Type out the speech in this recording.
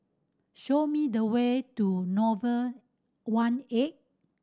show me the way to Nouvel one eight